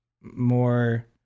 more